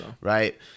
right